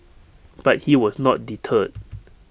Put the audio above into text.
but he was not deterred